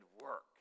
work